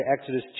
Exodus